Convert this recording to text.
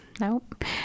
Nope